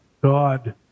God